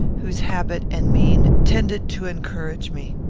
whose habit and mien tended to encourage me.